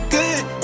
good